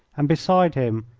and beside him,